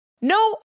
no